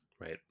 Right